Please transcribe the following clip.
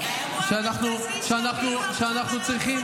האירוע המרכזי זה שעכשיו הודיעו על עוד חטוף שנרצח,